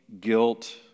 guilt